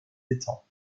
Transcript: étangs